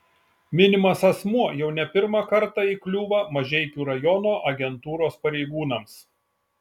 minimas asmuo jau ne pirmą kartą įkliūva mažeikių rajono agentūros pareigūnams